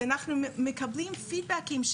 אנחנו מקבלים פידבקים,